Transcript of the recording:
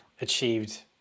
achieved